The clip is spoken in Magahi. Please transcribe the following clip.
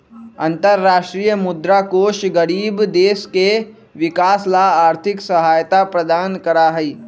अन्तरराष्ट्रीय मुद्रा कोष गरीब देश के विकास ला आर्थिक सहायता प्रदान करा हई